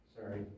Sorry